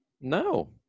no